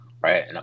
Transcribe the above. right